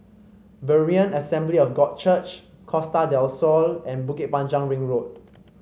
Berean Assembly of God Church Costa Del Sol and Bukit Panjang Ring Road